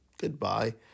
Goodbye